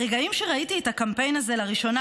ברגעים שראיתי את הקמפיין הזה לראשונה,